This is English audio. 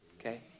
Okay